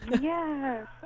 Yes